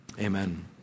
amen